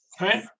Right